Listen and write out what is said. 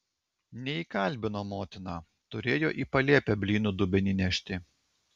neįkalbino motina turėjo į palėpę blynų dubenį nešti